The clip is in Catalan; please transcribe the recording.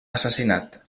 assassinat